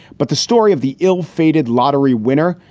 but the story of the ill fated lottery winner,